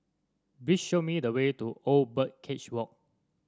please show me the way to Old Birdcage Walk